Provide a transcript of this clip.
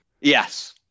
Yes